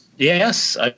Yes